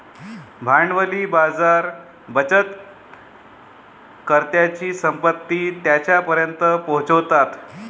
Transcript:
भांडवली बाजार बचतकर्त्यांची संपत्ती त्यांच्यापर्यंत पोहोचवतात